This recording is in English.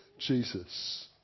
Jesus